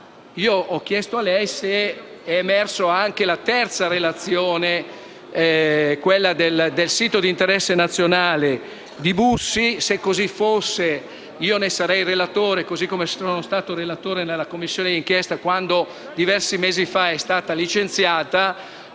Le ho chiesto se sia emersa anche la terza relazione, quella sul sito di interesse nazionale di Bussi. Se così fosse, io ne sarei relatore, così come sono stato relatore nella Commissione d'inchiesta quando, diversi mesi fa, è stata licenziata